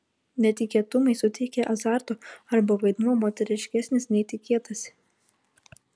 netikėtumai suteikia azarto arba vaidmuo moteriškesnis nei tikėtasi